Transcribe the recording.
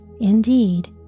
indeed